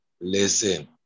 listen